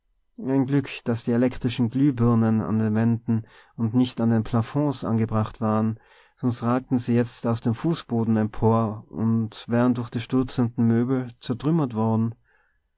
ein glück daß die elektrischen glühbirnen an den wänden und nicht an den plafonds angebracht waren sonst ragten sie jetzt aus dem fußboden empor und wären durch die stürzenden möbel zertrümmert worden